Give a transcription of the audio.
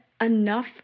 enough